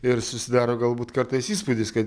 ir susidaro galbūt kartais įspūdis kad